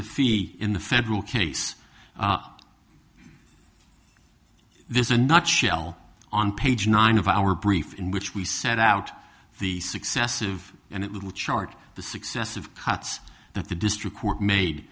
the fee in the federal case there's a nutshell on page nine of our brief in which we set out the successive and it little chart the successive cuts that the district court made